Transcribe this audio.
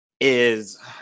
is-